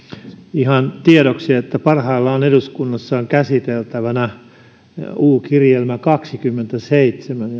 ihan tiedoksi että parhaillaan eduskunnassa on käsiteltävänä u kirjelmä kaksikymmentäseitsemän